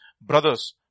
Brothers